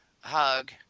hug